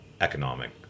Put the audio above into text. economic